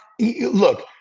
Look